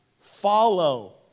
follow